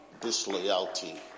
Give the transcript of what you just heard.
Disloyalty